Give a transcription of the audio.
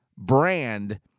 Brand